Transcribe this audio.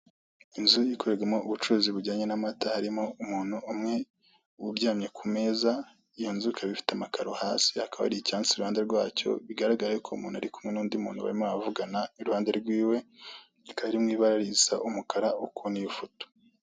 Inzu nini ikorerwamo ubucuruzi bujyanye n'amata harimo umuntu umwe uryamye ku meza iyo nzu ikaba ifite amakaro hasi hakaba hari icyansi iruhande rwacyo, bigaragara yuko uwo muntu ari kumwe n'undi muntu barimo baravugana iruhande rwiwe, ikaba iri mu ibara risa umukara ukubona iyo foto.